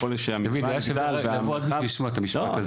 הוא יהודי יקר עתיר זכויות.